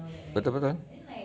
betul betul